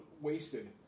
wasted